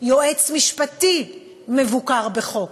יועץ משפטי מבוקר בחוק.